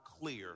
clear